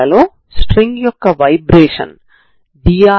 కాబట్టి ఎక్కడ కూడా x0 ఉండదు